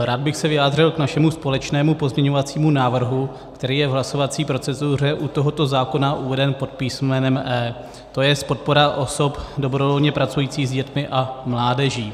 Rád bych se vyjádřil k našemu společnému pozměňovacímu návrhu, který je v hlasovací proceduře u tohoto zákona uveden pod písmenem E, to jest podpora osob dobrovolně pracujících s dětmi a mládeží.